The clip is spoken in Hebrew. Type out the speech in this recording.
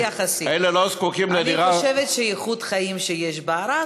אני חושבת שאיכות החיים שיש בערד,